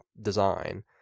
design